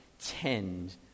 tend